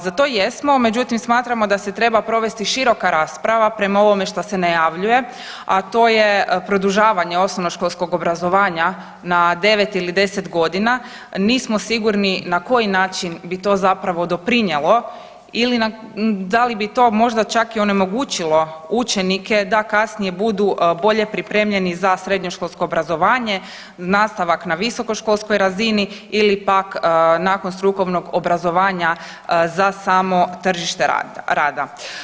Za to jesmo, međutim smatramo da se treba provesti široka rasprava prema ovome što se najavljuje, a to je produžavanje osnovnoškolskog obrazovanja na 9 ili 10 godina, nismo sigurni na koji način bi to zapravo doprinjelo ili da li bi to možda čak i onemogućilo učenike da kasnije budu bolje pripremljeni za srednjoškolsko obrazovanje, nastavak na visokoškolskoj razini ili pak nakon strukovnog obrazovanja za samo tržište rada.